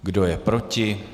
Kdo je proti?